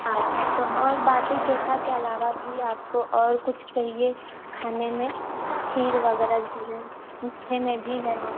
अच्छा तो और बाटी चोख़ा के अलावा भी आपको और कुछ चाहिए खाने में ख़ीर वग़ैरह भी है मीठे में भी है और